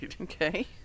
okay